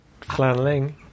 flanneling